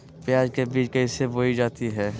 प्याज के बीज कैसे बोई जाती हैं?